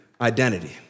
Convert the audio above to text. identity